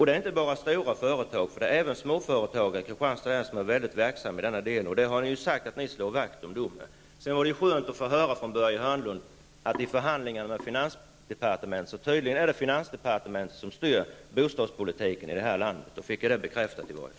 Det är inte bara stora företag utan även små företag i Kristianstads län som är mycket verksamma i denna del. Ni har ju sagt att ni slår vakt om dem. Det var skönt att höra av Börje Hörnlund att det förekommer förhandlingar med finansdepartementet. Tydligen är det alltså finansdepartementet som styr bostadspolitiken här i landet. Då fick jag i varje fall det bekräftat.